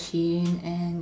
and